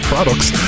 Products